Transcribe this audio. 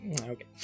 okay